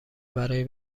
برای